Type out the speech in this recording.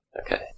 Okay